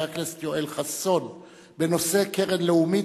הכנסת יואל חסון בנושא: קרן לאומית,